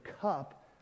cup